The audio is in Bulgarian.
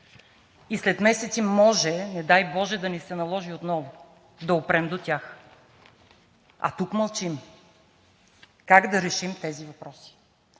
и след месеци може, не дай боже, да ни се наложи отново да опрем до тях. А тук мълчим как да решим тези въпроси?